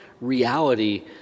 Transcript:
reality